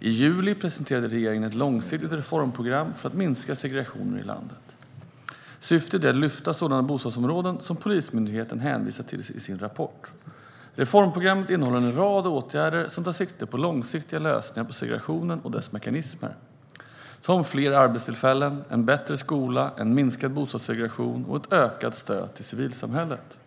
I juli presenterade regeringen ett långsiktigt reformprogram för att minska segregationen i landet. Syftet är att lyfta sådana bostadsområden som Polismyndigheten hänvisar till i sin rapport. Reformprogrammet innehåller en rad åtgärder som tar sikte på långsiktiga lösningar på segregationen och dess mekanismer, som fler arbetstillfällen, en bättre skola, en minskad bostadssegregation och ett ökat stöd till civilsamhället.